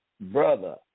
brother